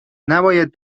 نباید